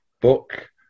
book